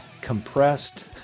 compressed